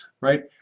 right